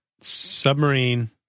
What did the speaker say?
Submarine